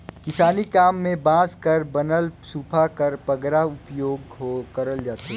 किसानी काम मे बांस कर बनल सूपा कर बगरा उपियोग करल जाथे